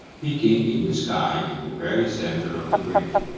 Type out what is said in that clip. peeking in the sky in the very center of the bridge.